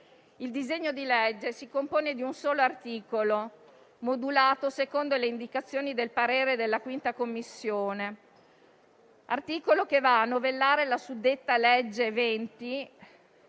Il disegno di legge si compone di un solo articolo, modulato secondo le indicazioni del parere della 5a Commissione. Tale articolo va a novellare la suddetta legge 20